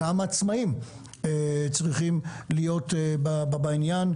גם העצמאים צריכים להיות בעניין.